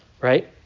right